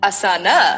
Asana